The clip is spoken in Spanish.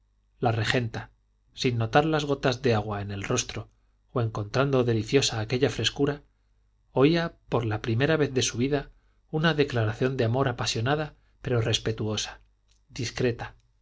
la regenta sin notar las gotas de agua en el rostro o encontrando deliciosa aquella frescura oía por la primera vez de su vida una declaración de amor apasionada pero respetuosa discreta